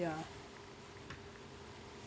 ya